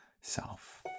self